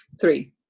Three